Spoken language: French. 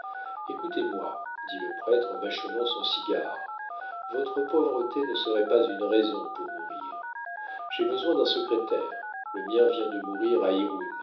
écoutez-moi dit le prêtre en mâchonnant son cigare votre pauvreté ne serait pas une raison pour mourir j'ai besoin d'un secrétaire le mien vient de mourir